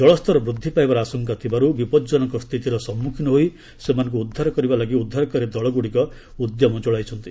ଜଳସ୍ତର ବୃଦ୍ଧି ପାଇବାର ଆଶଙ୍କା ଥିବାରୁ ବିପଜନକ ସ୍ଥିତିର ସମ୍ମୁଖୀନ ହୋଇ ସେମାନଙ୍କୁ ଉଦ୍ଧାର କରିବା ଲାଗି ଉଦ୍ଧାରକାରୀ ଦଳଗୁଡ଼ିକ ଉଦ୍ୟମ ଚଳାଇଛନ୍ତି